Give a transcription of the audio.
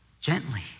gently